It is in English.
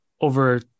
over